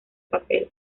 papel